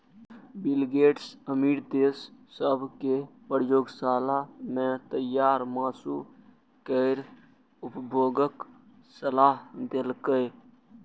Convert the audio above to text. bill Gates अमीर देश सभ कें प्रयोगशाला मे तैयार मासु केर उपभोगक सलाह देलकैए